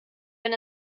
wenn